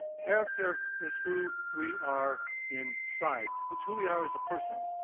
character is who we are inside, that's who we are as a person.